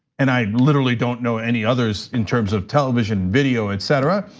and i literally don't know any others in terms of television, video, etc.